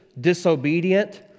disobedient